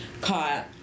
caught